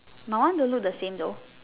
my one don't look the same though